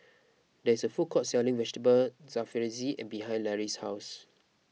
there is a food court selling Vegetable Jalfrezi behind Lary's house